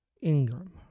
Ingram